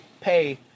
pay